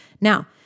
Now